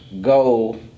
go